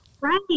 Right